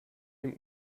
dem